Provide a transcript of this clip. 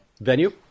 venue